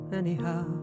anyhow